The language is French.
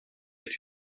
est